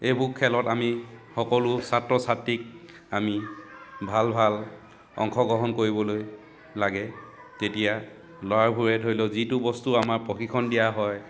এইবোৰ খেলত আমি সকলো ছাত্ৰ ছাত্ৰীক আমি ভাল ভাল অংশগ্ৰহণ কৰিবলৈ লাগে তেতিয়া ল'ৰাবোৰে ধৰি ল যিটো বস্তু আমাৰ প্ৰশিক্ষণ দিয়া হয়